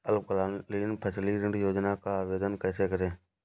अल्पकालीन फसली ऋण योजना का आवेदन कैसे करें?